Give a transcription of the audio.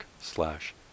slash